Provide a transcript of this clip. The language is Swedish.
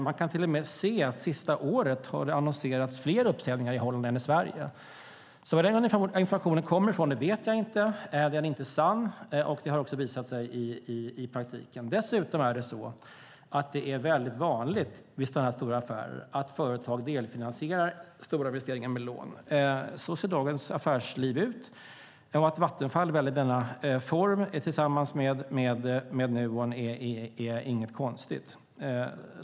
Man kan till och med se att det under det senaste året har annonserats fler uppsägningar i Holland än i Sverige. Var den informationen kommer ifrån vet jag inte. Den är inte sann. Det har också visat sig i praktiken. Dessutom är det väldigt vanligt vid sådana här stora affärer att företag delfinansierar stora investeringar med lån. Så ser dagens affärsliv ut. Att Vattenfall väljer denna form tillsammans med Nuon är inget konstigt.